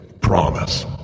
Promise